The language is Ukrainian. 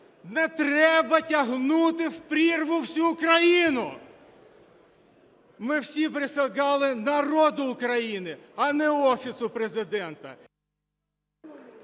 Не треба тягнути в прірву всю країну! Ми всі присягали народу України, а не Офісу Президента…